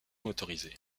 motorisé